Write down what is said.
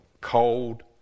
cold